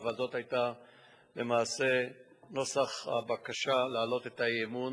אבל זה היה למעשה נוסח הבקשה להעלות את האי-אמון,